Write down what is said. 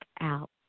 out